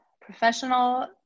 professional